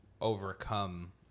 overcome